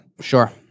sure